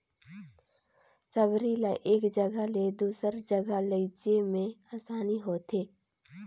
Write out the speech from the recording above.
सबरी ल एक जगहा ले दूसर जगहा लेइजे मे असानी होथे